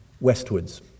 westwards